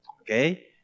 okay